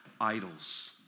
idols